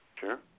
Sure